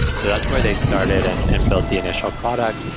so that's where they started and and built the initial product.